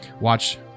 watch